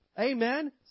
Amen